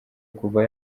kuva